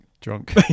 drunk